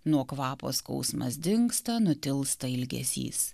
nuo kvapo skausmas dingsta nutilsta ilgesys